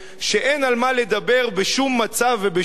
שאין על מה לדבר בשום מצב ובשום דרך?